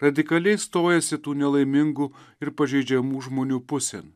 radikaliai stojasi tų nelaimingų ir pažeidžiamų žmonių pusėn